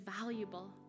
valuable